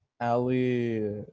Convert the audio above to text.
ali